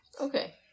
Okay